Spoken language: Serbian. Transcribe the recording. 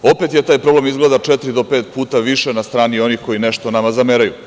Opet je taj problem izgleda četiri do pet puta više na strani onih koji nešto nama zameraju.